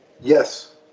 Yes